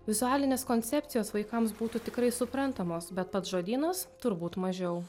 vizualinės koncepcijos vaikams būtų tikrai suprantamos bet pats žodynas turbūt mažiau